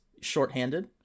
shorthanded